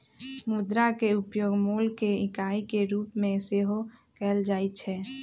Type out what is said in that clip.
मुद्रा के उपयोग मोल के इकाई के रूप में सेहो कएल जाइ छै